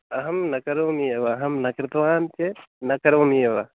अहं न करोमि एव अहं न कृतवान् चेत् न करोमि एव